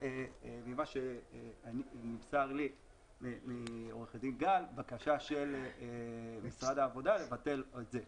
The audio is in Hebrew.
לפי מה שנמסר לי מעורכת דין גל זאת בקשה של משרד העבודה לבטל את זה.